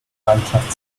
mannschaft